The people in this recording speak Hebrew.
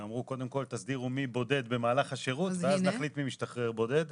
ואמרו קודם כל תסדירו מי בודד במהלך השירות ואז נחליט מי משתחרר בודד.